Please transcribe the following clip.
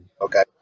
Okay